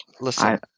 Listen